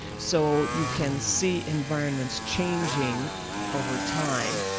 so you can see environment's changing over time.